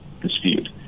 dispute